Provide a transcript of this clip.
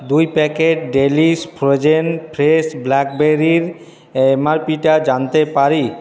দুই packet Delish frozen fresh ব্ল্যাকবেরির M R পিটা জানতে পারি